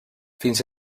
fins